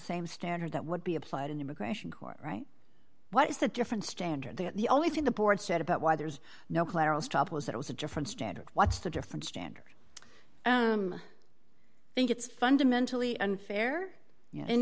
same standard that would be applied in immigration court right what is that different standard that the only thing the board said about why there's no collateral stop was that it was a different standard what's the different standard i think it's fundamentally unfair in